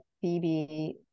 Phoebe